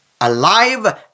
alive